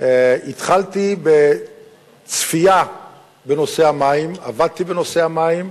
התחלתי בצפייה בנושא המים, עבדתי בנושא המים,